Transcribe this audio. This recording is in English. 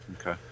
okay